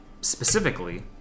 Specifically